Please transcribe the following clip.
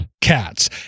cats